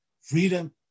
freedom